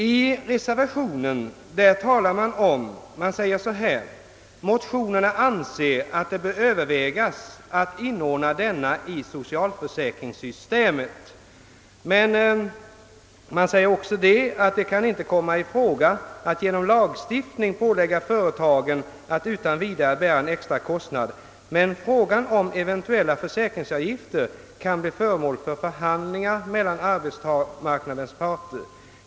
I reservationen heter det: »Motionärerna anser att det bör övervägas att inordna denna i socialförsäkringssystemet.» Men man säger också att »det kan inte komma i fråga att genom lagstiftning pålägga företagen att utan vidare bära en extra kostnad. Men fråsan om eventuella försäkringsavgifter kan bli föremål för förhandlingar mellan arbetsmarknadens parter.